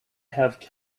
have